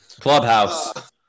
Clubhouse